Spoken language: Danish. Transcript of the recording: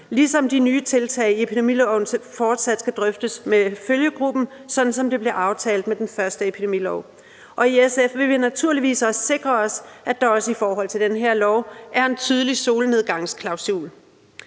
ligesom de nye tiltag i epidemiloven fortsat skal drøftes med følgegruppen, sådan som det blev aftalt med den første epidemilov. Og i SF vil vi naturligvis også sikre os, at der også i forhold til den her lov er en tydelig solnedgangsklausul.